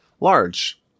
large